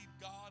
God